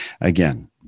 Again